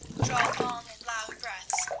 draw long and loud breaths,